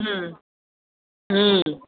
ம்